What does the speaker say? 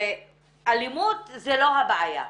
ואלימות זו לא הבעיה.